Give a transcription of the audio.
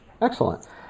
Excellent